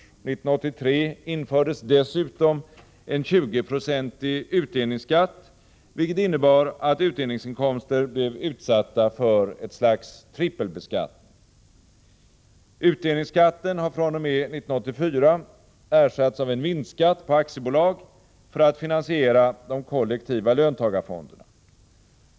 1983 infördes dessutom en 20 procentig utdelningsskatt, vilket innebar att utdelningsinkomster blev utsatta för trippelbeskattning. Utdelningsskatten har fr.o.m. 1984 ersatts av en vinstskatt på aktiebolag för att finansiera de kollektiva löntagarfonderna.